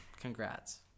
Congrats